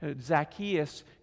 Zacchaeus